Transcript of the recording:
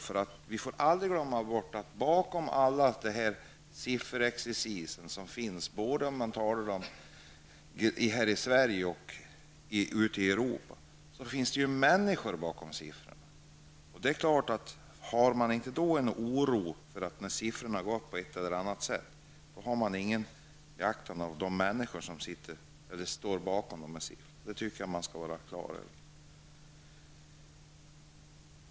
När det gäller all denna sifferexercis, både när man talar om förhållandena här i Sverige och ute i Europa, får man aldrig glömma bort att det finns människor bakom siffrorna. Om man inte känner oro när siffrorna går upp på ett eller annat sätt, har man ingen aktning för de människor som finns bakom dessa siffror.